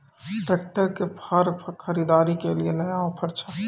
Tractor के फार खरीदारी के लिए नया ऑफर छ?